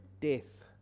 Death